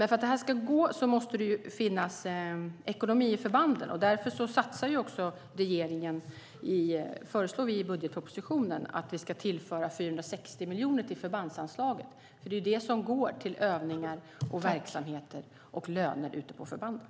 För att detta ska gå måste det finnas ekonomi i förbanden. Därför föreslår regeringen i budgetpropositionen att vi ska tillföra 460 miljoner till förbandsanslaget. Det går till övningar, verksamheter och löner ute på förbanden.